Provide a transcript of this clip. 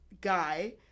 guy